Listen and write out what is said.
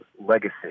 legacy